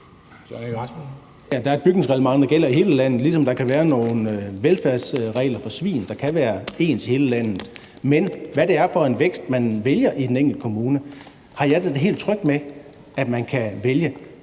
der er et bygningsreglement, der gælder i hele landet, ligesom der kan være nogle velfærdsregler for svin, der er ens i hele landet. Men i forhold til hvad det er for en vækst, man vælger i den enkelte kommune, så har jeg det da helt trygt med, at man selv kan vælge